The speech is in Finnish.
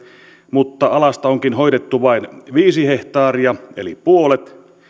mutta alasta onkin hoidettu vain viisi hehtaaria eli puolet koko alueelle myönnetty raha